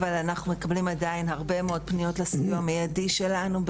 אבל אנחנו מקבלים עדיין הרבה מאוד פניות לסיוע המיידי שלנו.